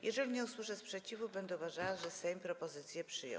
Jeżeli nie usłyszę sprzeciwu, będę uważała, że Sejm propozycję przyjął.